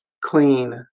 clean